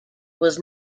was